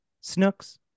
Snooks